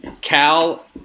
Cal